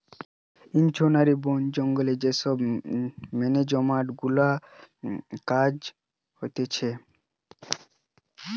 engineering, বোন জঙ্গলে যে সব মেনেজমেন্ট গুলার কাজ হতিছে